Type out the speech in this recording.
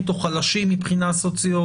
כי ככל שבאמת יש לחייב מספיק דברים שניתנים להוצאה,